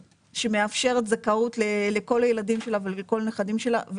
שמאפשרת זכאות לכל הילדים שלה ולכל הנכדים שלה,